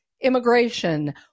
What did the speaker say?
immigration